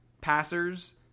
passers